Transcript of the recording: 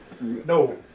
No